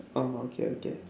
oh okay okay